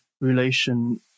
relation